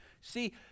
See